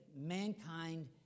mankind